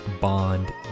bond